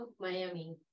Miami